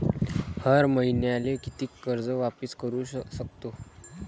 हर मईन्याले कितीक कर्ज वापिस करू सकतो?